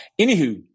Anywho